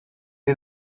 est